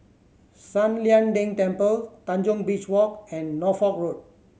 San Lian Deng Temple Tanjong Beach Walk and Norfolk Road